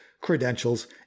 credentials